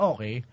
Okay